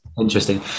interesting